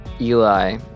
Eli